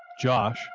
Josh